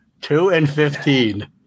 two-and-fifteen